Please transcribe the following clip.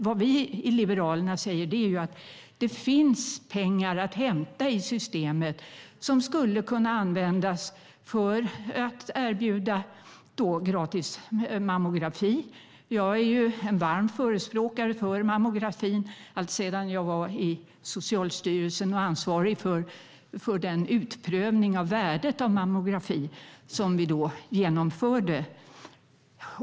Vad vi i Liberalerna säger är att det i systemet finns pengar att hämta som skulle kunna användas för att erbjuda gratis mammografi. Jag är en varm förespråkare för mammografin alltsedan jag i Socialstyrelsen var ansvarig för den utprövning av värdet av mammografi som vi då genomförde.